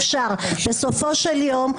בסופו של יום,